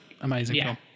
amazing